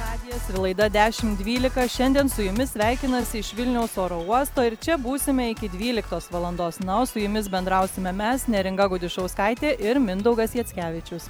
radijas ir laida dešim dvylika šiandien su jumis sveikinasi iš vilniaus oro uosto ir čia būsime iki dvyliktos valandos na o su jumis bendrausime mes neringa gudišauskaitė ir mindaugas jackevičius